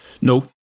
no